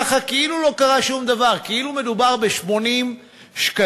כאילו לא קרה שום דבר, כאילו מדובר ב-80 שקלים,